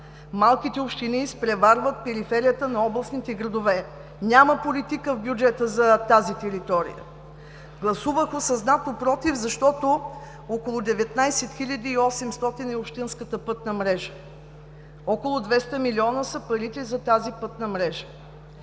Малките общини изпреварват периферията на областните градове. Няма политика в бюджета за тази територия. Гласувах осъзнато „против“, защото около 19 800 е общинската пътна мрежа. Около 200 милиона са парите за тази пътна мрежа.